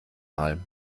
mal